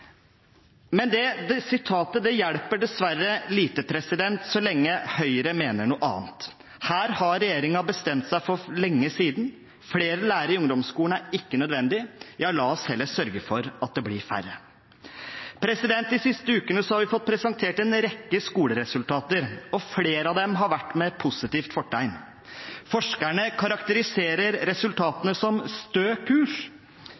det bedre.» Men det sitatet hjelper dessverre lite så lenge Høyre mener noe annet. Her har regjeringen bestemt seg for lenge siden: Flere lærere i ungdomsskolen er ikke nødvendig – ja, la oss heller sørge for at det blir færre. De siste ukene har vi fått presentert en rekke skoleresultater, og flere av dem har vært med positivt fortegn. Forskerne karakteriserer resultatene som stø kurs,